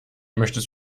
möchtest